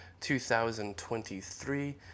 2023